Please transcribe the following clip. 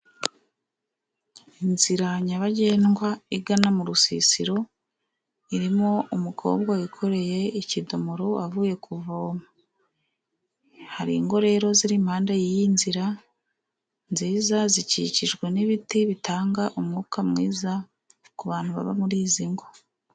Inzira nyabagendwa igana mu rusisiro, irimo umukobwa wikoreye ikidomoro avuye kuvoma, hari ingo rero ziri impande y'iyi nzira, nziza zikikijwe n'ibiti bitanga umwuka mwiza ku bantu baba muri izi ngo.